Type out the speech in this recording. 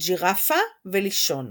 ג'ירפה ולישון